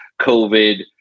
COVID